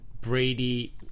Brady